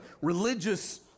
religious